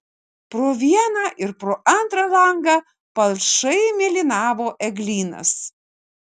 pro vieną ir pro antrą langą palšai mėlynavo eglynas